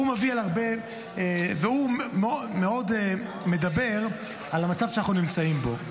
הוא מאוד מאוד מדבר על המצב שאנחנו נמצאים בו.